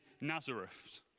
Nazareth